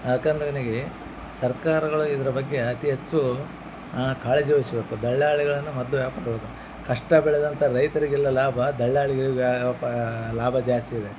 ಯಾಕಂದ್ರೆನಗಿ ಸರ್ಕಾರಗಳು ಇದರ ಬಗ್ಗೆ ಅತೀ ಹೆಚ್ಚು ಕಾಳಜಿ ವಹಿಸಬೇಕು ದಲ್ಲಾಳಿಗಳನ್ನ ಮೊದಲು ಕಷ್ಟ ಬೆಳೆದಂಥ ರೈತರಿಗಿಲ್ಲ ಲಾಭ ದಲ್ಲಾಳಿಗಳಿಗ್ ವ್ಯಾಪಾ ಲಾಭ ಜಾಸ್ತಿ ಇದೆ